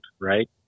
right